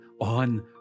on